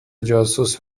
جاسوس